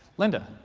linda,